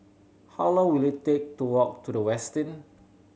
how long will it take to walk to The Westin